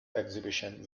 exhibition